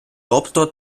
тобто